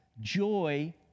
joy